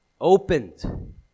opened